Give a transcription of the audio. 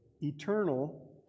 eternal